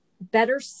Better